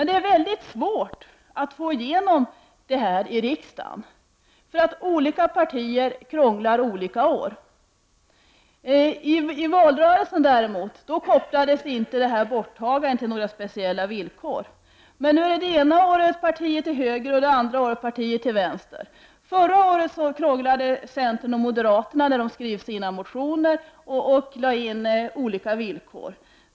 Det är mycket svårt att få igenom detta förslag i riksdagen eftersom olika partier krånglar olika år. I valrörelsen kopplades däremot inte borttagandet av 5 § 3-bidragen till några speciella villkor. Nu är det emellertid det ena året partier till höger och det andra året partier till vänster som krånglar. Förra året krånglade centern och moderaterna när de skrev sina motioner genom att i dessa lägga in olika villkor.